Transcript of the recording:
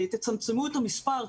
תצמצמו את המספר,